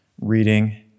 reading